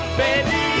baby